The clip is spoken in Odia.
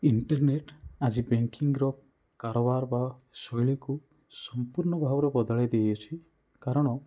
ଇଣ୍ଟରର୍ନେଟ୍ ଆଜି ବ୍ୟାଙ୍କିଙ୍ଗ୍ ର କାରବାର ବା ଶୈଳୀକୁ ସମ୍ପୂର୍ଣ୍ଣ ଭାବରେ ବଦଳେଇ ଦେଇଅଛି କାରଣ